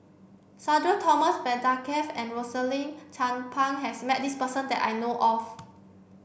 Sudhir Thomas Vadaketh and Rosaline Chan Pang has met this person that I know of